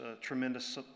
tremendous